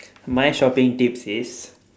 my shopping tips is